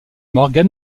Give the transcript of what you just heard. morgan